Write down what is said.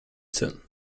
soon